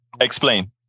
Explain